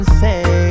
say